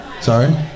Sorry